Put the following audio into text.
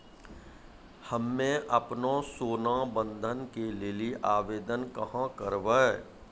हम्मे आपनौ सोना बंधन के लेली आवेदन कहाँ करवै?